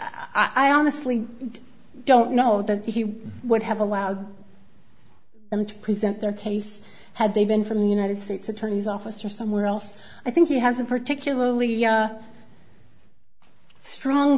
that i honestly don't know that he would have allowed them to present their case had they been from the united states attorney's office or somewhere else i think he has a particularly strong